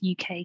UK